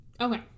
Okay